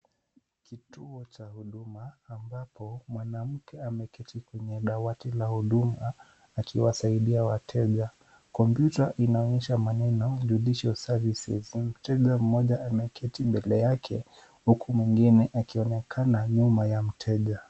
Kituo cha huduma ambapo mwanamke ameketi kwenye dawati la huduma, akiwasaidia wateja. Kompyuta inaonyesha maneno, judiciary services .Mteja mmoja ameketi mbele yake huku mwingine akionekana nyuma ya mteja.